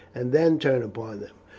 and then turn upon them.